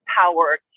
Power